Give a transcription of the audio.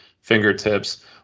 fingertips